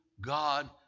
God